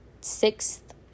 sixth